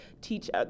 teach